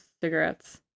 cigarettes